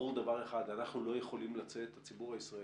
ברור דבר אחד: אנחנו הציבור הישראלי,